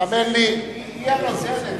האמן לי, היא הנותנת.